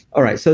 all right. so